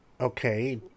okay